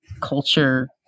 culture